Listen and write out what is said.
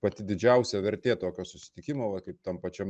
pati didžiausia vertė tokio susitikimo va kaip tam pačiam